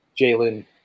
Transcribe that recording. Jalen